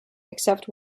except